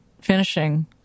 finishing